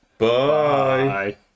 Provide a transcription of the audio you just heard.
Bye